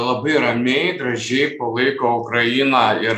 labai ramiai gražiai palaiko ukrainą ir